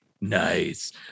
nice